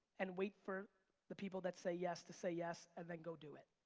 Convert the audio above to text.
and wait for the people that say yes to say yes and then go do it.